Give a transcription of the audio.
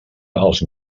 els